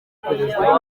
perezida